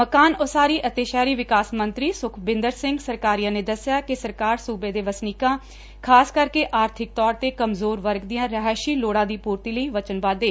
ਮਕਾਨ ਉਸਾਰੀ ਅਤੇ ਸ਼ਹਿਰੀ ਵਿਕਾਸ ਸੁਖਬਿੰਦਰ ਸਿੰਘ ਸਰਕਾਰੀਆ ਨੇ ਦੱਸਿਆ ਕਿ ਸਰਕਾਰ ਸੂਬੇ ਦੇ ਵਸਨੀਕਾਂ ਖਾਸ ਕਰਕੇ ਆਰਥਿਕ ਤੌਰ ਤੇ ਕਮਜੋਰ ਵਰਗ ਦੀਆਂ ਰਿਹਾਇਸ਼ੀ ਲੋੜਾਂ ਦੀ ਪੂਰਤੀ ਲਈ ਵਚਨਬੱਧ ਏ